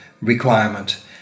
requirement